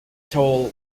toll